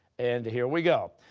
and here we go.